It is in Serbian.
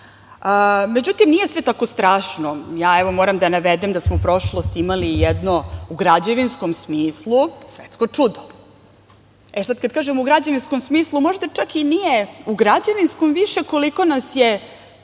puteva.Međutim nije sve tako strašno. Ja evo moram da navedem da smo prošlosti imali jedno, u građevinskom smislu, svetsko čudo. E, sad kad kažem u građevinskom smislu možda čak i nije u građevinskom više koliko nas je